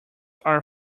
are